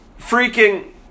freaking